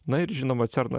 na ir žinoma cerną